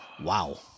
Wow